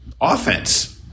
offense